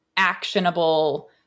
actionable